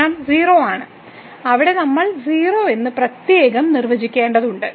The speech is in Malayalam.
പ്രശ്നം 0 ആണ് അവിടെ നമ്മൾ 0 എന്ന് പ്രത്യേകം നിർവചിക്കേണ്ടതുണ്ട്